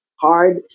hard